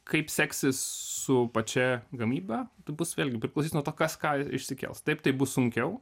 kaip seksis su pačia gamyba tai bus vėlgi priklausys nuo to kas ką išsikels taip tai bus sunkiau